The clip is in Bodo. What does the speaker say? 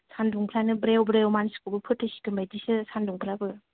सानदुंफ्रानो ब्रेव ब्रेव मानसिखौबो फोथैसिगोन बायदिसो सानदुंफ्राबो